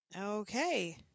Okay